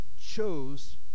Chose